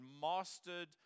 mastered